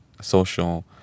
social